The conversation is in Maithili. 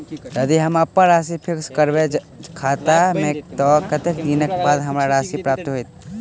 यदि हम अप्पन राशि फिक्स करबै खाता मे तऽ कत्तेक दिनक बाद हमरा राशि प्राप्त होइत?